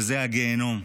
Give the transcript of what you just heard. וזה הגיהינום.